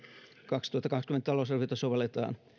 kaksituhattakaksikymmentä talousarviota sovelletaan